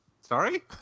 Sorry